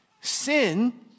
Sin